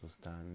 stand